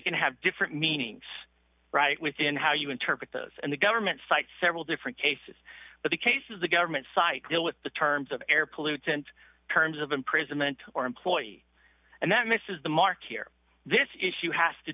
can have different meanings right within how you interpret those and the government site several different cases but the cases the government site deal with the terms of air pollutant terms of imprisonment or employee and that misses the mark here this issue has to